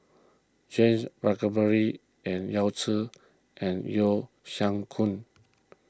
James Puthucheary and Yao Zi and Yeo Siak Goon